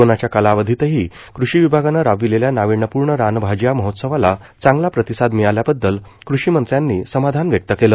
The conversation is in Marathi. कोरोनाच्या कालावधीतही कृषी विभागानं राबविलेल्या नाविन्यपूर्ण रानभाज्या महोत्सवाला चांगला प्रतिसाद मिळाल्याबददल कृषी मंत्र्यांनी समाधान व्यक्त केलं